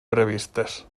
previstes